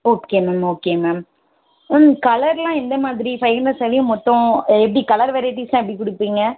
okay ma'am okay ma'am ma'am கலரெலாம் எந்த மாதிரி ஃபைவ் ஹண்ட்ரட் ஸேரீயும் மொத்தம் எப்படி கலர் வெரைட்டிஸ்லாம் எப்படி கொடுப்பீங்க